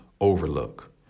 overlook